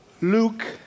Luke